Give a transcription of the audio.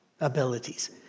abilities